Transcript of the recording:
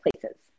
places